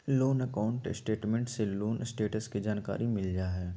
loan account statement से loan status के जानकारी मिल जा हय